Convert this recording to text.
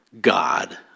god